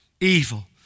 evil